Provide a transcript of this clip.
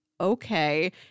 okay